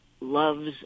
loves